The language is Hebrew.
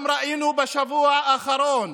גם ראינו בשבוע האחרון